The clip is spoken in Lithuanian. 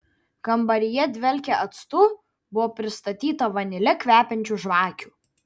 kambaryje dvelkė actu buvo pristatyta vanile kvepiančių žvakių